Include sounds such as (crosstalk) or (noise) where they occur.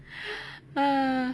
(noise)